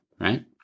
right